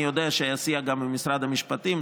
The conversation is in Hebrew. אני יודע שאסתייע גם במשרד המשפטים.